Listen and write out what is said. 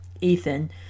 Ethan